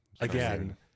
Again